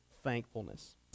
thankfulness